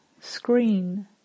screen